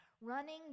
running